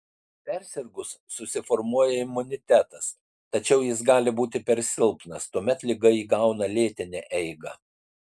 persirgus susiformuoja imunitetas tačiau jis gali būti per silpnas tuomet liga įgauna lėtinę eigą